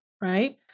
Right